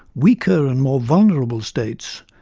weaker and more vulnerable states,